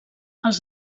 els